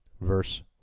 Verse